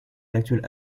l’actuelle